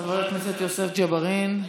חבר הכנסת יוסף ג'בארין,